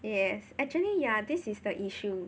yes actually yeah this is the issue